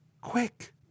Quick